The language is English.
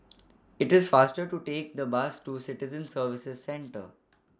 IT IS faster to Take The Bus to Citizen Services Centre